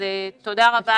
תודה על